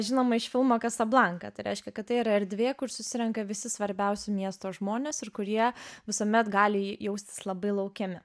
žinomą iš filmo kasablanka tai reiškia kad tai yra erdvė kur susirenka visi svarbiausi miesto žmonės ir kur jie visuomet gali jaustis labai laukiami